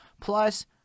plus